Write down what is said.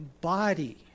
body